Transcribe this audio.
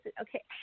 okay